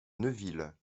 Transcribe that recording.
neuville